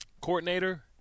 coordinator